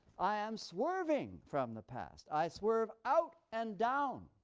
i am swerving from the past i swerve out and down,